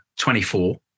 24